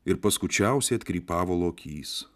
ir paskučiausiai atkrypavo lokys